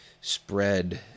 spread